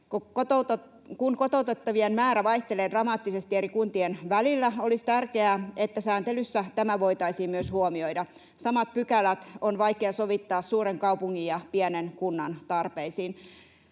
Kun kotoutettavien määrä vaihtelee dramaattisesti eri kuntien välillä, olisi tärkeää, että sääntelyssä tämä voitaisiin myös huomioida. Samat pykälät on vaikea sovittaa suuren kaupungin ja pienen kunnan tarpeisiin.